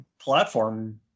platform